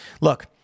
Look